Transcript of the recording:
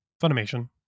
Funimation